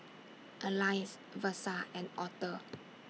Alize Versa and Aurthur